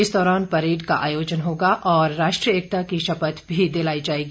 इस दौरान परेड का आयोजन होगा और राष्ट्रीय एकता की शपथ भी दिलाई जाएगी